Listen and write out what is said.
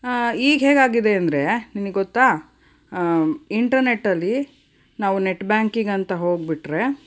ಈಗ ಹೇಗಾಗಿದೆ ಅಂದರೆ ನಿಮಗ್ ಗೊತ್ತಾ ಇಂಟರ್ನೆಟಲ್ಲಿ ನಾವು ನೆಟ್ ಬ್ಯಾಂಕಿಂಗ್ ಅಂತ ಹೋಗ್ಬಿಟ್ರೆ